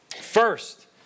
First